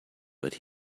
but